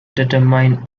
determine